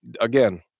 again